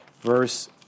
verse